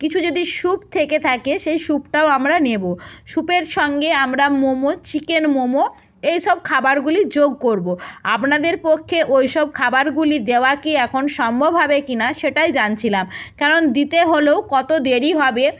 কিছু যদি স্যুপ থেকে থাকে সেই স্যুপটাও আমরা নেবো স্যুপের সঙ্গে আমরা মোমো চিকেন মোমো এই সব খাবারগুলি যোগ করবো আপনাদের পক্ষে ওই সব খাবারগুলি দেওয়া কি এখন সম্ভব হবে কি না সেটাই জানছিলাম কারণ দিতে হলেও কত দেরি হবে